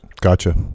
Gotcha